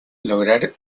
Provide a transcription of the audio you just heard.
lograr